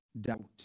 doubt